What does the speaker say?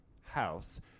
house